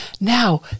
Now